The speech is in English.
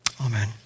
Amen